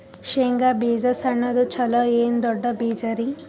ಶೇಂಗಾ ಬೀಜ ಸಣ್ಣದು ಚಲೋ ಏನ್ ದೊಡ್ಡ ಬೀಜರಿ?